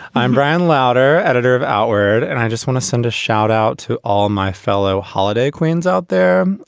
i'm brian loutre, editor of outward. and i just want to send a shout out to all my fellow holiday quinns out there.